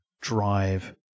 drive